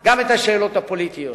גם את השאלות הפוליטיות.